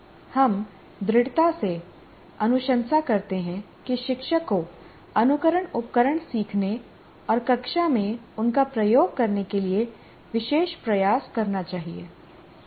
हम दृढ़ता से अनुशंसा करते हैं कि शिक्षक को अनुकरण उपकरण सीखने और कक्षा में उनका उपयोग करने के लिए विशेष प्रयास करना चाहिए